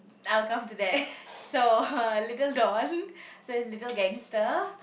I will come to that so little Dawn so is little gangster